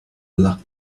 luck